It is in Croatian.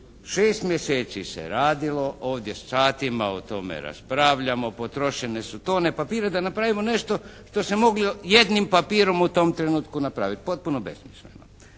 6 mjeseci se je radilo. Ovdje satima o tome raspravljamo, potrošene su tone papira da napravimo nešto što se je moglo jednim papirom u tom trenutku napraviti. potpuno besmisleno.